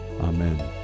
Amen